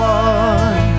one